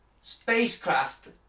Spacecraft